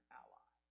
ally